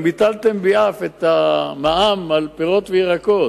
גם ביטלתם ביעף את המע"מ על פירות וירקות.